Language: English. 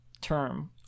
term